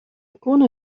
koene